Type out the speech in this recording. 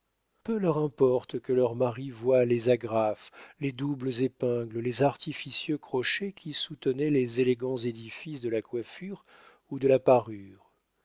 peu leur importe que leurs maris voient les agrafes les doubles épingles les artificieux crochets qui soutenaient les élégants édifices de la coiffure ou de la parure